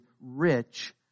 rich